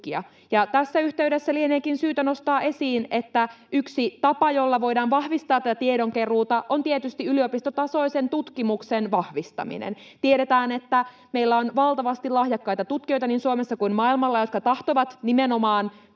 Tässä yhteydessä lieneekin syytä nostaa esiin, että yksi tapa, jolla voidaan vahvistaa tätä tiedonkeruuta, on tietysti yliopistotasoisen tutkimuksen vahvistaminen. Tiedetään, että meillä on valtavasti lahjakkaita tutkijoita niin Suomessa kuin maailmalla, jotka tahtovat nimenomaan